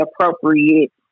appropriate